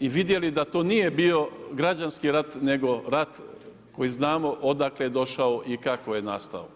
i vidjeli da to nije bio građanski rat nego rat koji znamo odakle je došao i kako je nastao.